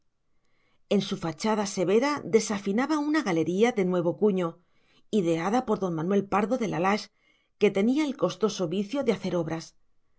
en su fachada severa desafinaba una galería de nuevo cuño ideada por don manuel pardo de la lage que tenía el costoso vicio de hacer obras